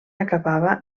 acabava